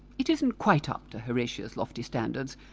it isn't quite up to horatia's lofty standards,